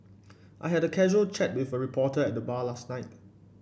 I had a casual chat with a reporter at the bar last night